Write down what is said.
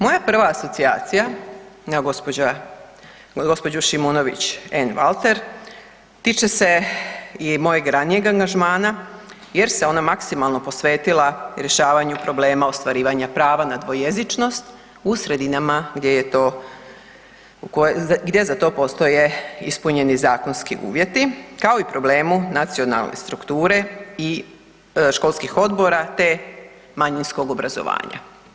Moja prva asocijacija na gospođu Šimonović Einwalter tiče se i mojeg ranijeg angažmana jer se ona maksimalno posvetila rješavanju problema ostvarivanja prava na dvojezičnost u sredinama gdje za to postoje ispunjeni zakonski uvjeti kao i problemu nacionalne strukture i školskih odbora, te manjinskog obrazovanja.